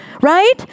right